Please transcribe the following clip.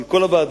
של כל הוועדה,